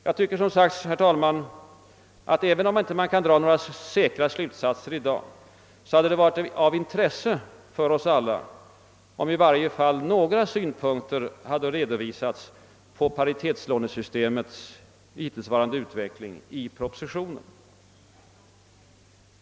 Jag tycker, som redan sagts, herr talman, att även om man inte kan dra några säkra slutsatser i dag, hade det varit av intresse för oss alla, om propositionen redovisat i varje fall några synpunkter på paritetslånesystemets hittillsvarande utveckling.